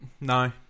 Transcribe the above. No